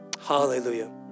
Hallelujah